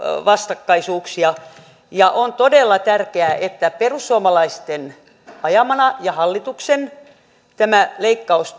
vastakkaisuuksia on todella tärkeää että perussuomalaisten ajamana ja hallituksen tämä leikkaus